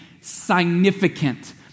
significant